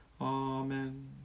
Amen